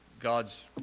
God's